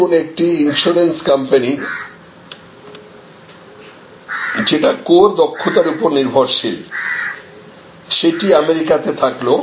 ধরুন একটি insurance company যেটা কোর দক্ষতার উপর নির্ভরশীল সেটি আমেরিকাতে থাকলো